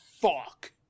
fuck